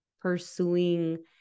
pursuing